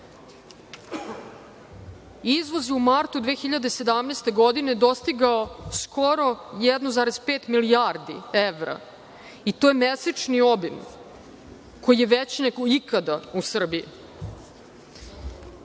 Izvoz je u martu 2017. godine dostigao skoro 1,5 milijardi evra i to je mesečni obim koji je veći nego ikada u Srbiji.